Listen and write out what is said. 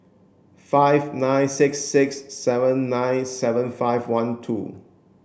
five nine six six seven nine seven five one two